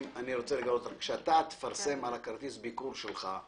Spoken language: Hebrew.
כשאתה תפרסם על כרטיס הביקור שלך,